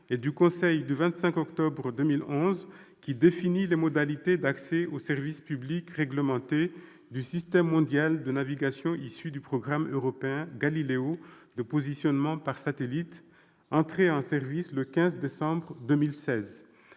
et du Conseil du 25 octobre 2011, qui définit les modalités d'accès au service public réglementé du système mondial de radionavigation issu du programme européen Galileo de positionnement par satellite, entré en service le 15 décembre 2016.